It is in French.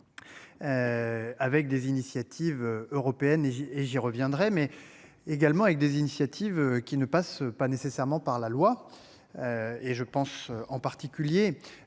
Avec des initiatives européennes et et j'y reviendrai, mais également avec des initiatives qui ne passe pas nécessairement par la loi. Et je pense en particulier